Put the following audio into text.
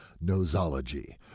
Nosology